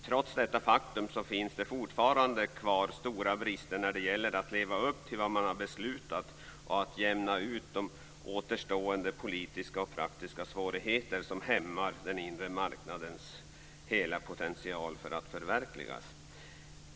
Trots detta faktum finns det fortfarande kvar stora brister när det gäller att leva upp till vad man har beslutat och att jämna ut de återstående politiska och praktiska svårigheter som hämmar den inre marknadens hela potential för att förverkligas.